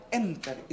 enter